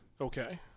Okay